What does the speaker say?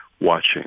watching